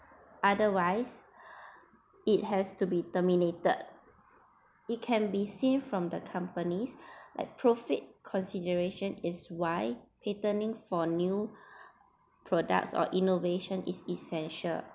otherwise it has to be terminated it can be seen from the companies like profit consideration is why patenting for new products or innovation is essential